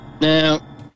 Now